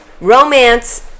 Romance